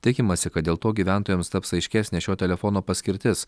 tikimasi kad dėl to gyventojams taps aiškesnė šio telefono paskirtis